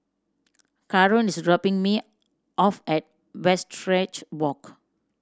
Karon is dropping me off at Westridge Walk